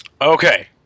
Okay